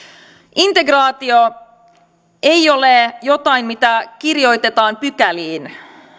integraatio ei ole jotain mitä kirjoitetaan pykäliin